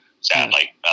sadly